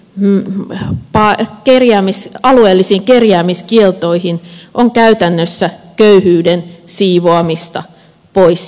mitähän pahaa antaisi oikeuden alueellisiin kerjäämiskieltoihin on käytännössä köyhyyden siivoamista pois silmistä